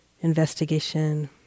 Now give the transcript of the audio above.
investigation